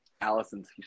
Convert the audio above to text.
Allison's